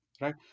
right